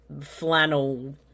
flannel